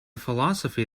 philosophy